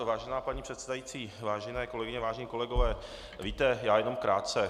Vážená paní předsedající, vážené kolegyně, vážení kolegové, víte, já jenom krátce.